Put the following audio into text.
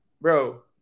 bro